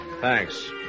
Thanks